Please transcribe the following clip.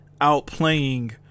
outplaying